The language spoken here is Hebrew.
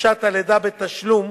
חופשת הלידה בתשלום,